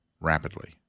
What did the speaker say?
rapidly